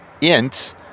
int